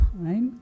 right